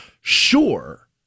Sure